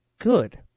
good